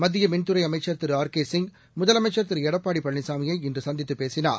மத்தியமின்துறைஅமைச்ச் திருஆர் கேசிங் முதலமைச்சர் திருஎடப்பாடிபழனிசாமியை இன்றுசந்தித்துபேசினார்